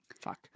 fuck